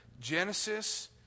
Genesis